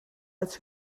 als